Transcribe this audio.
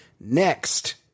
Next